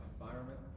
environment